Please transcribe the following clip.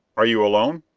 are you alone?